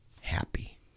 happy